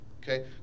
Okay